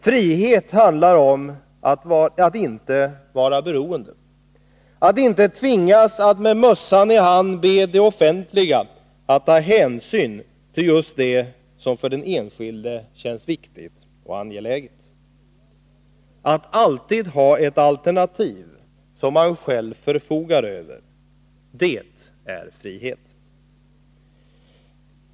Frihet handlar om att inte vara beroende — att inte tvingas att med mössan i handen be det offentliga att ta hänsyn till just det som för den enskilde känns viktigt och angeläget. Att alltid ha ett alternativ som man själv förfogar över, det är frihet.